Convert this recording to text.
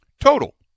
total